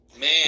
Man